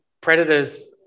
predators